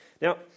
Now